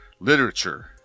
literature